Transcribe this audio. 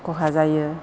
खहा जायो